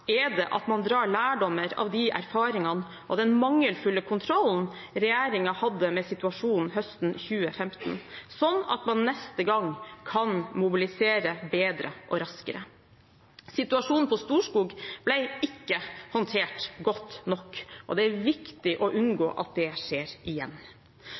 er det at man drar lærdommer av de erfaringene og den mangelfulle kontrollen regjeringen hadde med situasjonen høsten 2015, slik at man neste gang kan mobilisere bedre og raskere. Situasjonen på Storskog ble ikke håndtert godt nok, og det er viktig å unngå at det skjer igjen.